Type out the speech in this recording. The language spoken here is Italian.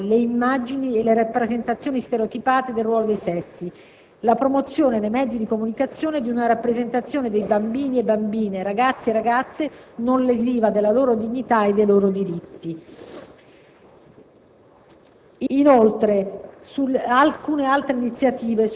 la promozione di una revisione dei testi scolastici al fine di eliminare le immagini e le rappresentazioni stereotipate del ruolo dei sessi; la promozione nei mezzi di comunicazione di una rappresentazione di bambini e bambine, ragazzi e ragazze non lesiva della loro dignità e dei loro diritti.